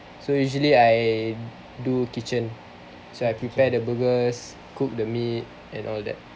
so usually I do kitchen so I prepare the burgers cook the meat and all that